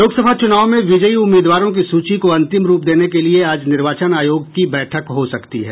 लोकसभा चुनाव में विजयी उम्मीदवारों की सूची को अंतिम रूप देने के लिए आज निर्वाचन आयोग की बैठक हो सकती है